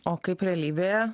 o kaip realybėje